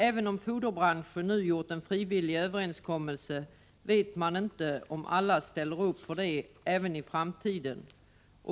Även om foderbranschen nu har träffat en frivillig överenskommelse, vet man inte om alla ställer upp på detta även i framtiden.